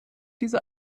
diese